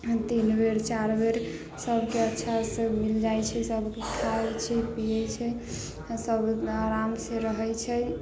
तीन बेर चारि बेर सभके अच्छासँ मिल जाइत छै सभ खाइत छै पियैत छै सभ आरामसँ रहैत छै